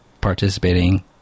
participating